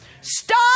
Stop